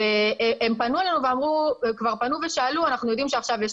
הם פנו אלינו ושאלו: אנחנו יודעים שעכשיו יש